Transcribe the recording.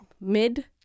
Mid